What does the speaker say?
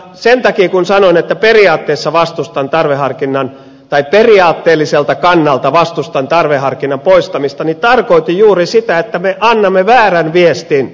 sen takia kun sanoin että periaatteelliselta kannalta vastustan tarveharkinnan poistamista tarkoitin juuri sitä että me annamme väärän viestin